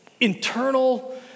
internal